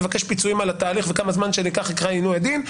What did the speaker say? תבקש פיצויים על התהליך וכמה שנלקח נקרא עינוי הדין.